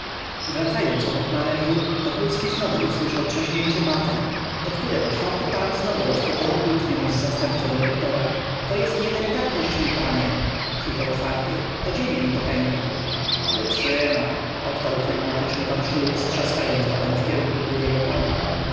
wracając obok maneżu wokulski znowu usłyszał trzaśnięcie batem po którem czwarty pan znowu rozpoczął kłótnią z zastępcą dyrektora to jest niedelikatność mój panie krzyczał czwarty odzienie mi popęka wytrzyma odparł flegmatycznie pan szulc trzaskając batem w kierunku drugiego pana